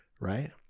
right